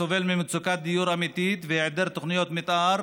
הסובל ממצוקת דיור אמיתית והיעדר תוכניות מתאר